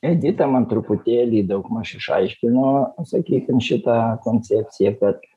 edita man truputėlį daugmaž išaiškino sakykim šitą koncepciją kad